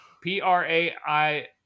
p-r-a-i